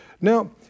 Now